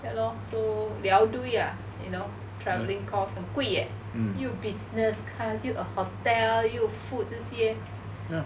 ya lor so liao lui ah you know travelling cost 很贵 leh 又 business class 又 hotel 又 food 这些